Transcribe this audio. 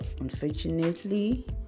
unfortunately